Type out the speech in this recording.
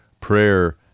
prayer